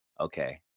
okay